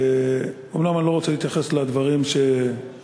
אומנם אני לא רוצה להתייחס לדברים שהוצגו